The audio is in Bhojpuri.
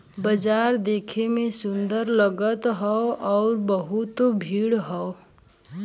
बाजार देखे में सुंदर लगत हौ आउर खूब भीड़ हौ